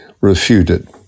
refuted